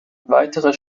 weitere